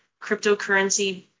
cryptocurrency